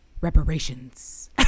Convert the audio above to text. Reparations